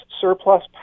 surplus